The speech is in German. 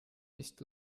nicht